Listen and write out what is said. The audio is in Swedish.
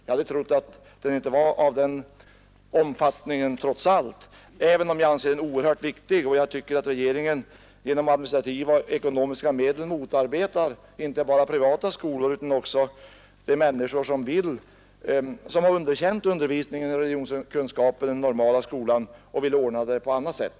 Jag hade trott att den trots allt inte var av den omfattningen, även om jag anser den oerhört viktig och även om jag tycker att regeringen med administrativa och ekonomiska medel motarbetar inte bara privata skolor utan också de människor som har underkänt undervisningen i religionskunskap i den normala skolan och vill ordna den på annat sätt.